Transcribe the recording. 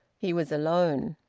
he was alone.